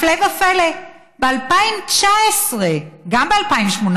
הפלא ופלא, ב-2019, גם ב-2018,